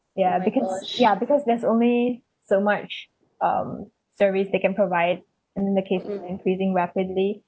ya because ya because there's only so much um service they can provide and then the cases keep increasing rapidly